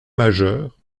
majeur